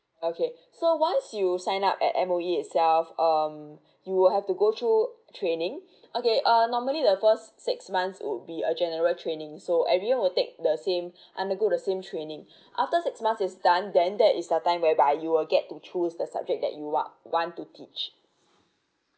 okay so once you sign up at M_O_E itself um you will have to go through training okay uh normally the first six months would be a general training so everyone will take the same undergo the same training after six months is done then that is the time whereby you will get to choose the subject that you want want to teach